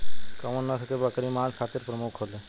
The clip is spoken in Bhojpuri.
कउन नस्ल के बकरी मांस खातिर प्रमुख होले?